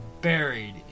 buried